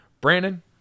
Brandon